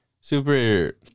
super